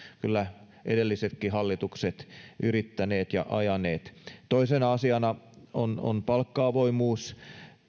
kyllä edellisetkin hallitukset yrittäneet ja ajaneet toisena asiana on palkka avoimuus